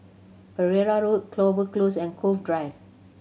Pereira Road Clover Close and Cove Drive